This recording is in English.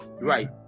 right